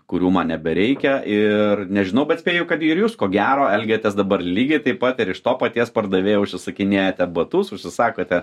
kurių man nebereikia ir nežinau bet spėju kad ir jūs ko gero elgiatės dabar lygiai taip pat ir iš to paties pardavėjo užsisakinėjate batus užsisakote